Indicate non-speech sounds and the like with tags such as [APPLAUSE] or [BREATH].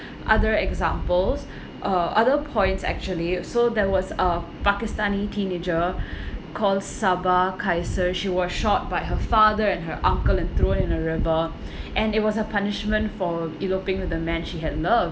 other examples [BREATH] uh other points actually so there was a pakistani teenager [BREATH] call saba qaiser she was shot by her father and her uncle and thrown in a river [BREATH] and it was a punishment for eloping with the man she had loved